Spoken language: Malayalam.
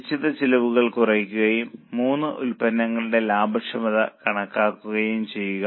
നിശ്ചിത ചെലവുകൾ കുറയ്ക്കുകയും മൂന്ന് ഉൽപ്പന്നങ്ങളുടെയും ലാഭക്ഷമത കണക്കാക്കുകയും ചെയ്യുക